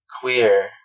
Queer